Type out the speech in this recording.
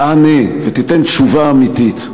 תענה ותיתן תשובה אמיתית.